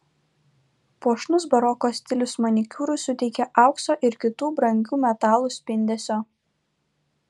puošnus baroko stilius manikiūrui suteikė aukso ir kitų brangių metalų spindesio